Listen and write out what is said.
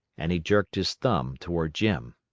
and he jerked his thumb toward jim.